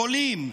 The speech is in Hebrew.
חולים,